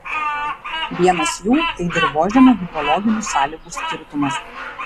vienas jų tai dirvožemio hidrologinių sąlygų skirtumas